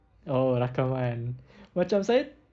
oh rakaman macam saya